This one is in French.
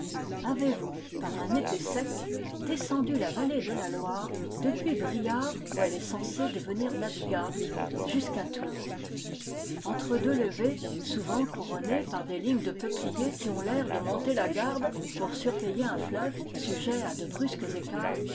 avez-vous par un été sec descendu la vallée de la loire depuis briare où elle est censée devenir navigable jusqu'à tours entre deux levées souvent couronnées par des lignes de peupliers qui ont l'air de monter la garde pour surveiller un fleuve sujet à de brusques écarts